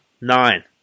nine